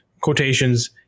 quotations